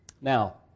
Now